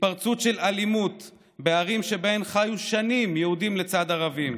התפרצות של אלימות בערים שבהן חיו שנים יהודים לצד ערבים,